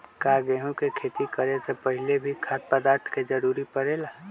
का गेहूं के खेती करे से पहले भी खाद्य पदार्थ के जरूरी परे ले?